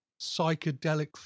psychedelic